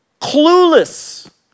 clueless